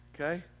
okay